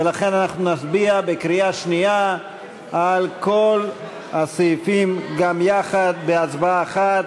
ולכן אנחנו נצביע בקריאה שנייה על כל הסעיפים גם יחד בהצבעה אחת.